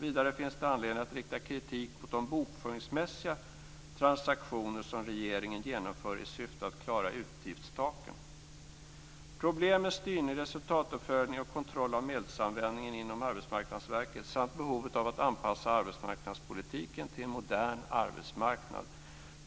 Vidare finns det anledning att rikta kritik mot de bokföringsmässiga transaktioner som regeringen genomför i syfte att klara utgiftstaken. Problem med styrning, resultatuppföljning och kontroll av medelsanvändningen inom Arbetsmarknadsverket samt behovet av att anpassa arbetsmarknadspolitiken till en modern arbetsmarknad